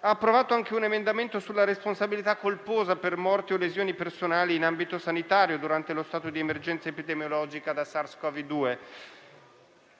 ha approvato anche un emendamento sulla responsabilità colposa per morte o lesioni personali in ambito sanitario durante lo stato di emergenza epidemiologica da SARS-CoV-2,